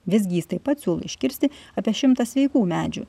visgi jis taip pat siūlo iškirsti apie šimtą sveikų medžių